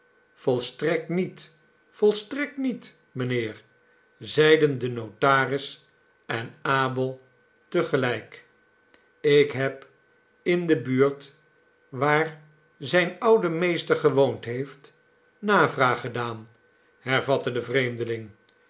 volstrekt niet volstrekt niet mijnheer zeiden de notaris en abel te gelijk ik heb in de buurt waar zijn oude meester gewoond heeft navraag gedaan hervatte de vreemdeling